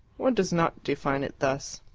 one does not define it thus.